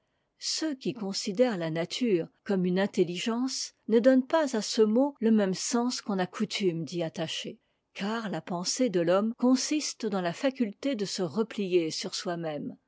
ceux qui considèrent la nature comme une intelligence ne donnent pas à ce mot ie même sens qu'on a coutume d'y attacher car la pensée de l'homme consiste dans la faculté de se replier sur soi-même